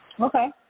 okay